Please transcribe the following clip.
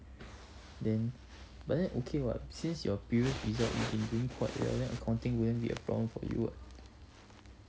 then but then okay [what] since your previous result you've been doing quite well then accounting wouldn't be a problem for you [what]